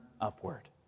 upward